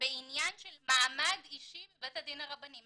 בעניין של מעמד אישי בבית הדין הרבני.